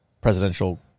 presidential